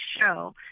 show